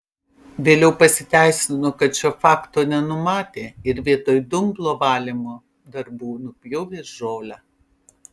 vėliau pasiteisino kad šio fakto nenumatė ir vietoj dumblo valymo darbų nupjovė žolę